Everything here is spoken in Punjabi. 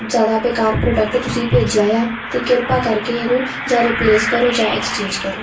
ਜ਼ਿਆਦਾ ਬੇਕਾਰ ਪ੍ਰੋਡਕਟ ਤੁਸੀਂ ਭੇਜਿਆ ਆ ਅਤੇ ਕ੍ਰਿਪਾ ਕਰ ਕੇ ਇਹਨੂੰ ਜਾਂ ਰੀਪਲੇਸ ਕਰੋ ਜਾਂ ਐਕਸਚੇਂਜ ਕਰੋ